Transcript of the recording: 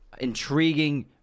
Intriguing